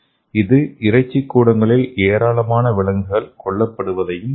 இது இறைச்சி கூடங்களில் ஏராளமான விலங்குகளை கொல்லப்படுவதை தவிர்க்கும்